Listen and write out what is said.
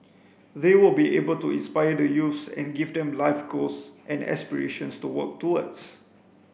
they will be able to inspire the youths and give them life goals and aspirations to work towards